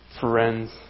friends